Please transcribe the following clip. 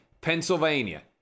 Pennsylvania